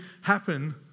happen